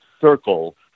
circle